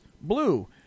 blue